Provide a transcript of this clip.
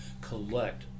collect